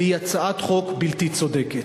והיא הצעת חוק בלתי צודקת.